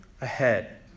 ahead